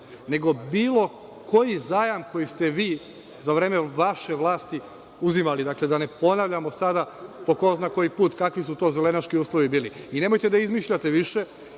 nego bilo koji zajam koji ste vi za vreme vaše vlasti uzimali. Da ne ponavljamo sada po ko zna koji put kakvi su to zelenaški uslovi bili. Nemojte da izmišljate više